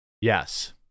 Yes